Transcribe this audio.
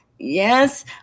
Yes